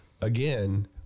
again